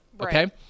Okay